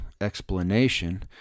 explanation